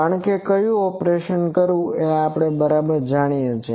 કારણ કે કયું ઓપરેશન કરવું એ આપણે બરાબર જાણીએ છીએ